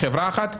חברה אחת.